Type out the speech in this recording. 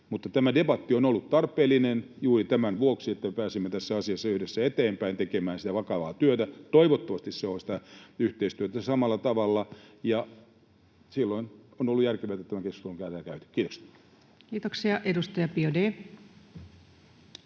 Tämä debatti on ollut tarpeellinen juuri tämän vuoksi, että me pääsemme tässä asiassa yhdessä eteenpäin tekemään sitä vakavaa työtä. Toivottavasti se on yhteistyötä samalla tavalla, ja silloin on ollut järkevää, että tämä keskustelu on tänään käyty. — Kiitokset. [Speech 340]